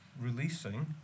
releasing